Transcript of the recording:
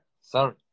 sorry